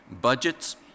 budgets